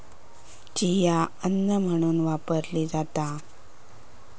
chia अन्न म्हणून वापरली जाता